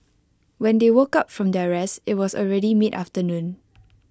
when they woke up from their rest IT was already mid afternoon